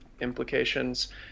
implications